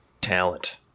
talent